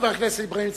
חבר הכנסת אברהים צרצור.